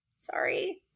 Sorry